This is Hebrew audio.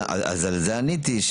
על זה עניתי,